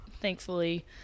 thankfully